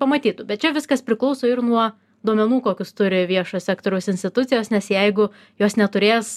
pamatytų bet čia viskas priklauso ir nuo duomenų kokius turi viešo sektoriaus institucijos nes jeigu jos neturės